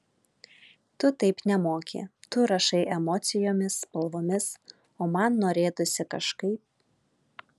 tu taip nemoki tu rašai emocijomis spalvomis o man norėtųsi kažkaip